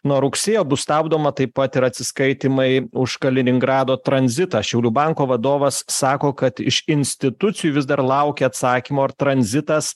nuo rugsėjo bus stabdoma taip pat ir atsiskaitymai už kaliningrado tranzitą šiaulių banko vadovas sako kad iš institucijų vis dar laukia atsakymo ar tranzitas